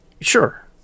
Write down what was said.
Sure